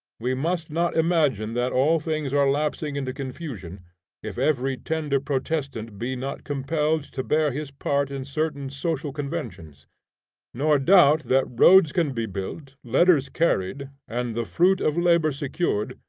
we must not imagine that all things are lapsing into confusion if every tender protestant be not compelled to bear his part in certain social conventions nor doubt that roads can be built, letters carried, and the fruit of labor secured,